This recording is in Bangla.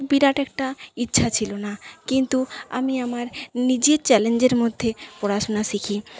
বিরাট একটা ইচ্ছা ছিল না কিন্তু আমি আমার নিজের চ্যালেঞ্জের মধ্যে পড়াশুনা শিখি